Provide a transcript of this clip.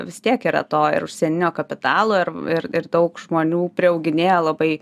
vis tiek yra to ir užsieninio kapitalo ir ir ir daug žmonių priauginėja labai